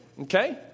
okay